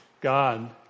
God